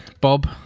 Bob